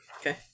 Okay